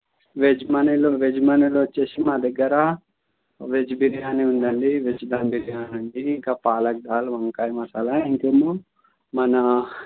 veg మేనూలో veg మేనూలో వచ్చేసి మా దగ్గర వెజ్ బిరియానీ ఉందండి వెజ్ దమ్ బిర్యానీ ఉంది ఇంకా పాలక్ దాల్ వంకాయ మసాలా ఇంకేమో మన